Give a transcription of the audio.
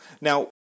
Now